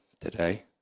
today